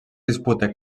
disputa